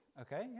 Okay